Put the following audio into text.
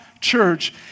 church